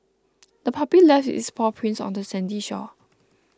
the puppy left its paw prints on the sandy shore